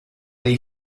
dei